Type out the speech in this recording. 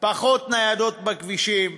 פחות ניידות בכבישים,